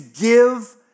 give